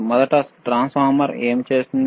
మొదట ట్రాన్స్ఫార్మర్ ఏమి చేస్తుంది